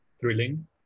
thrilling